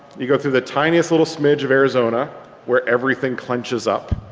you go through the tiniest little smidge of arizona where everything clenches up.